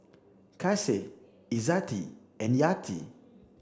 Kasih Izzati and Yati